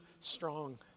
strong